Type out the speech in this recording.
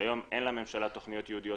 כשהיום אין לממשלה תכניות ייעודיות